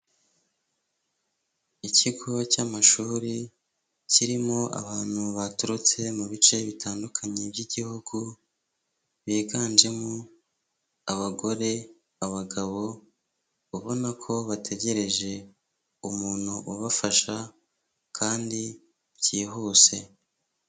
Ikigo cy'amashuri kirimo abantu baturutse mu bice bitandukanye by'igihugu, biganjemo abagore, abagabo, ubona ko bategereje umuntu ubafasha, kandi byihuse.